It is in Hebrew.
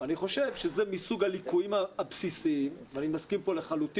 אני חושב שזה מסוג הליקויים הבסיסיים - ואני לחלוטין